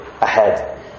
ahead